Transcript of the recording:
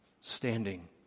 standing